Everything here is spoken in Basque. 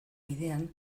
bidean